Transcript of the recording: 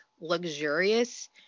luxurious